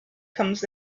comes